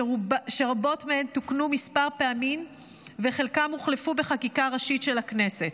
ורבות מהן תוקנו כמה פעמים וחלקן הוחלפו בחקיקה ראשית של הכנסת.